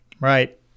Right